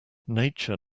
nature